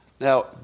Now